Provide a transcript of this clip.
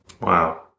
Wow